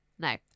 No